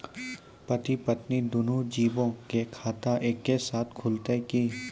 पति पत्नी दुनहु जीबो के खाता एक्के साथै खुलते की?